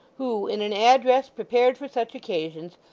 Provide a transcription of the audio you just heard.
who in an address prepared for such occasions,